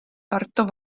tartu